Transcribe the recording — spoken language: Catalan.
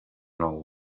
nou